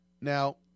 Now